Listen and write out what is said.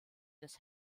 des